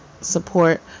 support